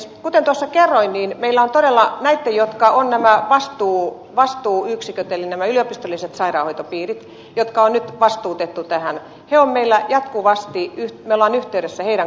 kuten tuossa kerroin niin olemme jatkuvasti yhteydessä todella näiden kanssa jotka ovat vastuuyksiköt eli näiden yliopistollisten sairaanhoitopiirien jotka on nyt vastuutettu tähän jo meillä jatkuvasti yhtä lain yhteydessä heidän